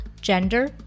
gender